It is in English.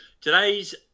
today's